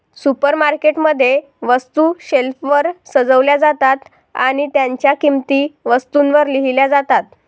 supermarket मध्ये, वस्तू शेल्फवर सजवल्या जातात आणि त्यांच्या किंमती वस्तूंवर लिहिल्या जातात